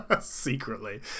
Secretly